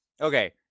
Okay